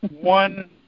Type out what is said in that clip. one